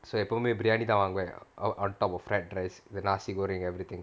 so எப்பவுமே:eppavumae biryani தான் வாங்குவேன்:thaan vaanguven on top of fried rice the nasi goreng everything